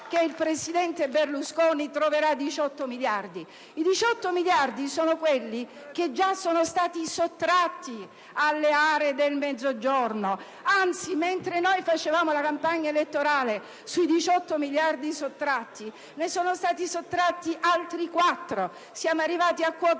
che il presidente Berlusconi troverà 18 miliardi: i 18 miliardi sono quelli che già sono stati sottratti alle aree del Mezzogiorno. Anzi, mentre svolgevamo la campagna elettorale, sui 18 miliardi sottratti ne sono stati sottratti altri 4, e siamo arrivati a quota